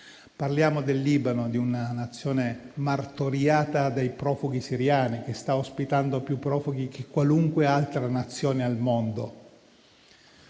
Parliamo del Libano, una Nazione martoriata dai profughi siriani (sta ospitando più profughi di qualunque altra Nazione al mondo),